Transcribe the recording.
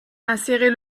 insérer